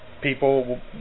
people